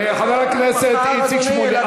חבר הכנסת איציק שמולי.